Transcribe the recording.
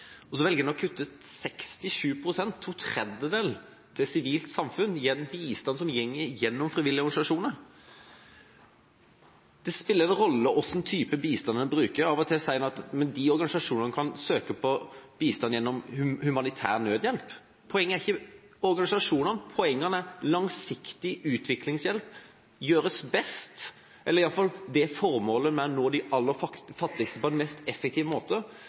sivilt samfunn, en bistand som går gjennom frivillige organisasjoner. Det spiller en rolle hvilken type bistand en bruker. Av og til sier en at de organisasjonene jo kan søke på bistand gjennom humanitær nødhjelp. Poenget er ikke organisasjonene, poenget er at langsiktig utviklingshjelp gjøres best – eller i alle fall formålet med å nå de aller fattigste på en mest mulig effektiv måte,